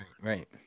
right